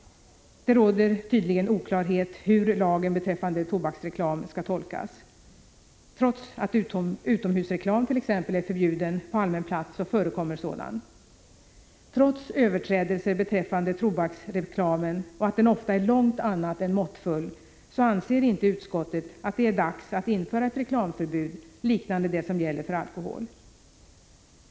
Det råder tydligen oklarhet om hur lagen beträffande tobaksreklam skall tolkas. Trots att t.ex. utomhusre 163 klam är förbjuden på allmän plats förekommer sådan. Trots överträdelser beträffande tobaksreklamen och trots att den ofta är allt annat än måttfull, anser inte utskottet att det är dags att införa reklamförbud liknande det som gäller för alkohol.